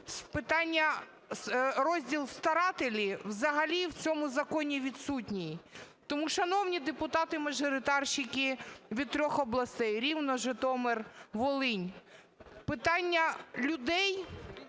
питання, розділ "Старателі" взагалі в цьому законі відсутній. Тому шановні депутати-мажоритарники від трьох областей: Рівне, Житомир, Волинь – питання людей